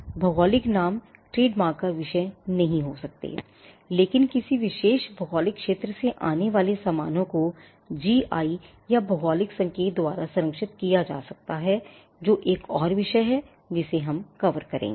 भौगोलिक नाम ट्रेडमार्क का विषय नहीं हो सकते हैं लेकिन किसी विशेष भौगोलिक क्षेत्र से आने वाले सामानों को GI या भौगोलिक संकेत द्वारा संरक्षित किया जा सकता है जो एक और विषय है जिसे हम कवर करेंगे